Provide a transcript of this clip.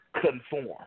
conform